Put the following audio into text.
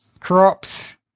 Crops